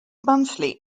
monthly